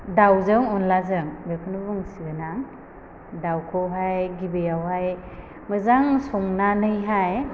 दावजों अनलाजों बेखौनो बुंसिगोन आं दावखौहाय गिबियावहाय मोजां संनानैहाय